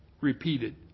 Repeated